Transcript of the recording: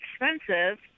expensive